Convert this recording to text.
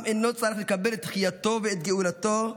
עם אינו צריך לקבל את תחייתו ואת גאולתו,